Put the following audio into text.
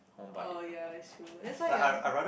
uh ya is true that's why ah